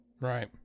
Right